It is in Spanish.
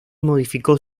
modificó